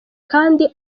kandi